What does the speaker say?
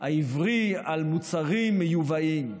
העברי על מוצרים מיובאים?